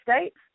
States